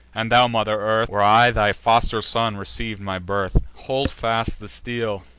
and thou mother earth, where i thy foster son receiv'd my birth, hold fast the steel!